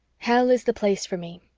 hell is the place for me.